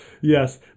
Yes